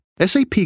SAP